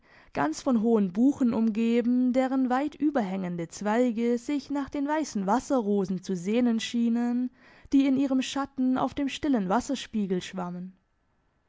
ganz von hohen buchen umgeben deren weitüberhängende zweige sich nach den weissen wasserrosen zu sehnen schienen die in ihrem schatten auf dem stillen wasserspiegel schwammen